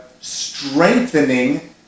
strengthening